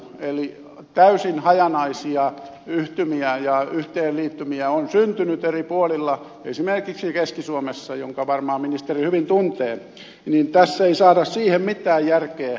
eli täysin hajanaisia yhtymiä ja yhteenliittymiä on syntynyt eri puolilla esimerkiksi keski suomessa jonka varmaan ministeri hyvin tuntee niin tässä ei saada siihen mitään järkeä